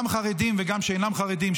גם חרדים וגם שאינם חרדים,